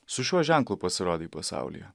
su šiuo ženklu pasirodei pasaulyje